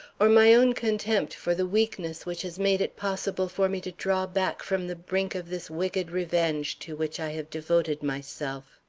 or my own contempt for the weakness which has made it possible for me to draw back from the brink of this wicked revenge to which i have devoted myself.